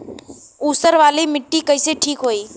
ऊसर वाली मिट्टी कईसे ठीक होई?